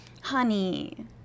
Honey